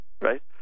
right